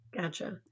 Gotcha